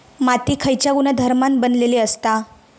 माती खयच्या गुणधर्मान बनलेली असता?